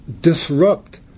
disrupt